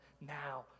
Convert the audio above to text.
now